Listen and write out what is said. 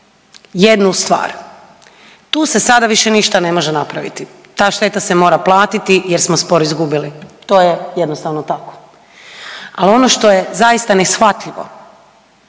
jednu stvar. Tu se sada više ništa ne može napraviti. Ta šteta se mora platiti jer smo spor izgubili, to je jednostavno tako. Ali ono što je zaista neshvatljivo